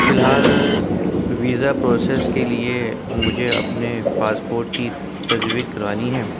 فی الحال visa process کے لیے مجھے اپنے پاسپورٹ کی تجدید کروانی ہے